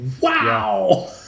Wow